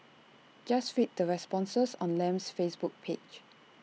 just read the responses on Lam's Facebook page